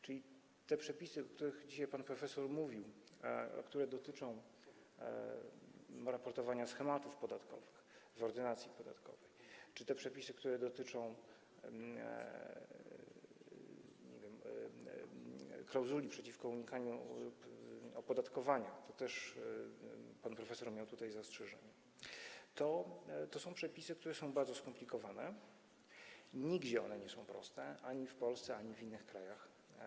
Czyli te przepisy, o których dzisiaj pan profesor mówił, a które dotyczą raportowania schematów podatkowych w Ordynacji podatkowej, czy te przepisy, które dotyczą, nie wiem, klauzuli przeciwko unikaniu opodatkowania - też pan profesor miał tutaj zastrzeżenia - to są przepisy, które są bardzo skomplikowane, ale nigdzie nie są one proste, ani w Polsce, ani w innych krajach.